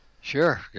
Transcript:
Sure